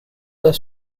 the